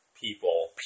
People